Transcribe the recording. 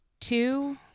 two